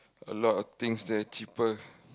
a lot of things they're cheaper